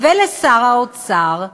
ולשר האוצר,